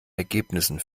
ergebnissen